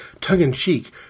tongue-in-cheek